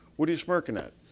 what are you smirking at?